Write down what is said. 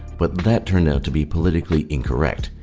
but that turned out to be politically incorrect,